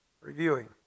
reviewing